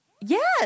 Yes